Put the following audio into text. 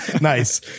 Nice